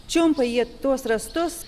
čiumpa jie tuos rąstus